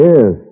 Yes